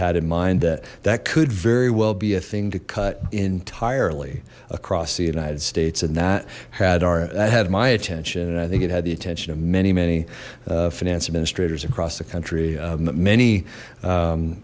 had in mind that that could very well be a thing to cut entirely across the united states and that had our i had my attention and i think it had the attention of many many finance administrators across the country many